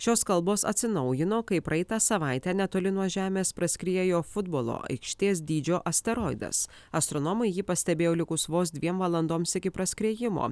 šios kalbos atsinaujino kai praeitą savaitę netoli nuo žemės praskriejo futbolo aikštės dydžio asteroidas astronomai jį pastebėjo likus vos dviem valandoms iki praskriejimo